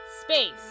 Space